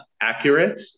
accurate